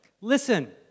Listen